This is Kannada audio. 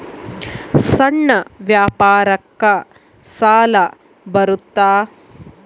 ಸಣ್ಣ ವ್ಯಾಪಾರಕ್ಕ ಸಾಲ ಬರುತ್ತಾ?